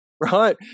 right